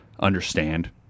understand